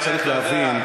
אתה צריך להבין,